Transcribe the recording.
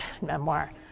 memoir